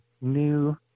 new